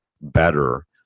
better